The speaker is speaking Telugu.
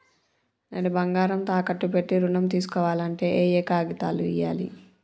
నేను బంగారం తాకట్టు పెట్టి ఋణం తీస్కోవాలంటే ఏయే కాగితాలు ఇయ్యాలి?